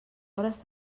hores